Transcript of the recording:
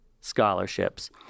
scholarships